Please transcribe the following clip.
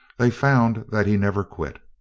they found that he never quit.